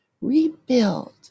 rebuild